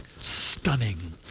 stunning